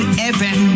heaven